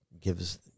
gives